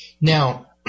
Now